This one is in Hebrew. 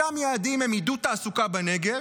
אותם יעדים הם עידוד תעסוקה בנגב,